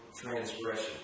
transgression